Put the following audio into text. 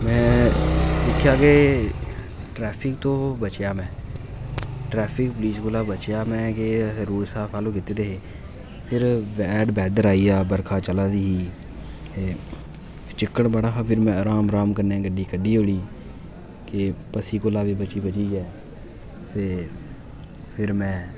में दिक्खेआ के ट्रैफिक तों बचेआ मैं ट्रैफिक पलीस कोला बचेआ मैं फि्र वैदर आई आ बर्खा चला दी ही चिक्कड़ बड़ा हा फिर मैं राम राम कन्नै गड्डी कड्ढी ओड़ी की पस्सी कोला बी बची जा ते फिर में